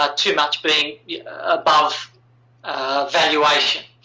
ah too much being above valuation.